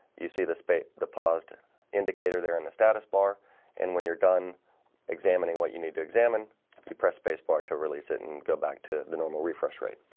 you see this bait the paused indicator there in the status bar and when you're done examining what you need to examine you, press spacebar to release it and go back to the normal refresh rate